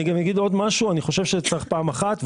אני גם אגיד עוד משהו, אני חושב שצריך פעם אחת.